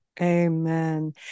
Amen